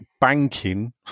banking